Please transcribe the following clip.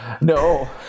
No